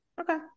Okay